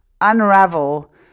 unravel